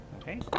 Okay